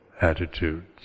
attitudes